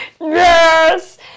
Yes